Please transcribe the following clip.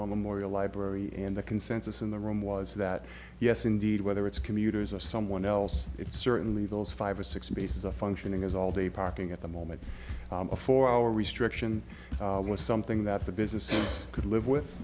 memorial library and the consensus in the room was that yes indeed whether it's commuters or someone else it's certainly those five or six spaces a functioning as all day parking at the moment a four hour restriction was something that the business could live with